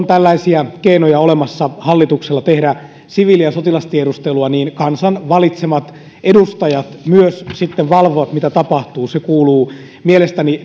tällaisia keinoja olemassa hallituksella tehdä siviili ja sotilastiedustelua niin kansan valitsemat edustajat myös sitten valvovat mitä tapahtuu se kuuluu mielestäni